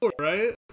right